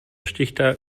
stichtag